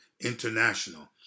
International